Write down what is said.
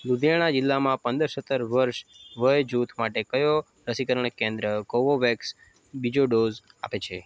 લુધિયાણા જિલ્લામાં પંદર સત્તર વર્ષ વય જૂથ માટે કયો રસીકરણ કેન્દ્ર કોવોવેક્સ બીજો ડોઝ આપે છે